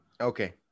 Okay